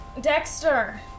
Dexter